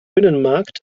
binnenmarkt